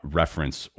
reference